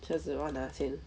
车死万拿签